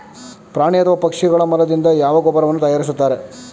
ಪ್ರಾಣಿ ಅಥವಾ ಪಕ್ಷಿಗಳ ಮಲದಿಂದ ಯಾವ ಗೊಬ್ಬರವನ್ನು ತಯಾರಿಸುತ್ತಾರೆ?